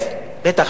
לפני